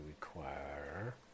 require